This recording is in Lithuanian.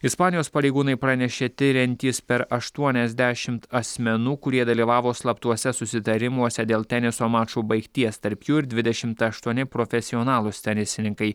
ispanijos pareigūnai pranešė tiriantys per aštuoniasdešimt asmenų kurie dalyvavo slaptuose susitarimuose dėl teniso mačų baigties tarp jų ir dvidešimt aštuoni profesionalūs tenisininkai